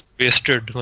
wasted